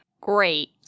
Great